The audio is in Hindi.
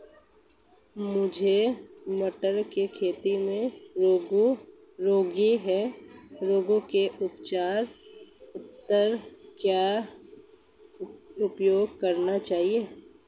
मुझे मटर की खेती में रोगों के उपचार हेतु क्या उपाय करने चाहिए?